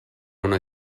una